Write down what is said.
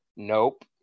Nope